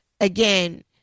again